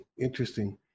Interesting